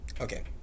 Okay